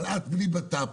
אבל את בלי בט"פ,